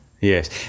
Yes